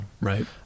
Right